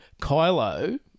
Kylo